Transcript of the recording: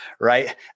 right